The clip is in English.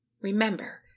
Remember—